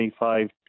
25